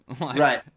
right